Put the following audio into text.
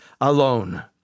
alone